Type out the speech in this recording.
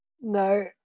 No